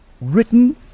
written